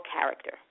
character